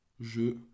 Je